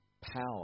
power